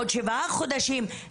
עוד שבעה חודשים,